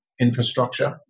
Infrastructure